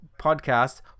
podcast